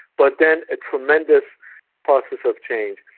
but then a tremendous process of change.